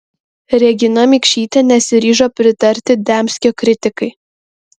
regina mikšytė nesiryžo pritarti dembskio kritikai